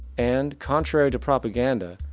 and contrary to propaganda,